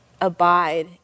abide